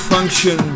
Function